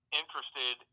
interested